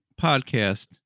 Podcast